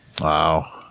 Wow